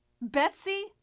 Betsy